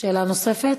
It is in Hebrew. שאלה נוספת?